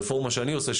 הרפורמה שאני עושה,